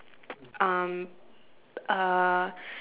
um uh